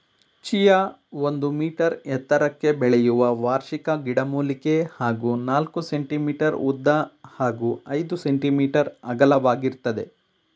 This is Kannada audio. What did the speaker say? ಚಿಯಾ ಒಂದು ಮೀಟರ್ ಎತ್ತರಕ್ಕೆ ಬೆಳೆಯುವ ವಾರ್ಷಿಕ ಮೂಲಿಕೆ ಹಾಗೂ ನಾಲ್ಕು ಸೆ.ಮೀ ಉದ್ದ ಹಾಗೂ ಐದು ಸೆ.ಮೀ ಅಗಲವಾಗಿರ್ತದೆ